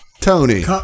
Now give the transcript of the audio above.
Tony